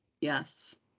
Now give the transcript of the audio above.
yes